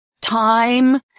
time